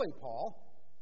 Paul